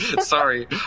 sorry